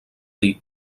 dir